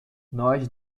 nós